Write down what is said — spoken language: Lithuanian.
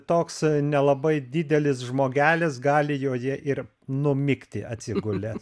toks nelabai didelis žmogelis gali joje ir numigti atsigulęs